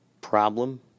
problem